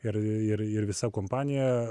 ir ir ir visa kompanija